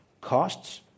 costs